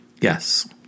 Yes